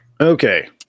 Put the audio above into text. Okay